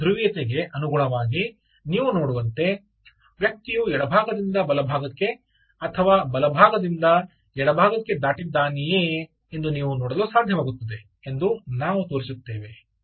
ಸಿಗ್ನಲ್ನ ಧ್ರುವೀಯತೆಗೆ ಅನುಗುಣವಾಗಿ ನೀವು ನೋಡುವಂತೆ ವ್ಯಕ್ತಿಯು ಎಡಭಾಗದಿಂದ ಬಲಭಾಗಕ್ಕೆ ಅಥವಾ ಬಲಭಾಗದಿಂದ ಎಡಭಾಗಕ್ಕೆ ದಾಟಿದ್ದಾನೆಯೇ ಎಂದು ನೀವು ನೋಡಲು ಸಾಧ್ಯವಾಗುತ್ತದೆ ಎಂದು ನಾವು ತೋರಿಸುತ್ತೇವೆ